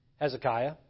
Hezekiah